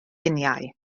luniau